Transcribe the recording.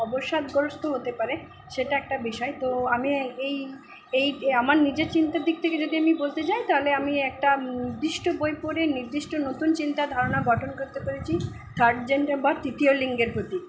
অবসাদগ্রস্ত হতে পারে সেটা একটা বিষয় তো আমি এই এই আমার নিজের চিন্তার দিক থেকে যদি আমি বলতে যাই তাহলে আমি একটা নির্দিষ্ট বই পড়ে নির্দিষ্ট নতুন চিন্তা ধারণা গঠন করতে পেরেছি থার্ড জেন্ডার বা তৃতীয় লিঙ্গের প্রতি